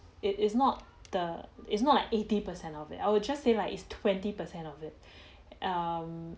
it is not the its not like eighty percent of it I would just say like its twenty percent of it um